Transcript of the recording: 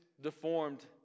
deformed